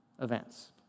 events